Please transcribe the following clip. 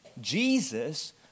Jesus